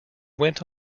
went